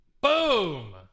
boom